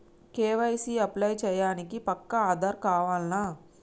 KYC apply చేయనీకి పక్కా ఆధార్ కావాల్నా?